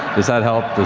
does that help, does